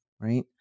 Right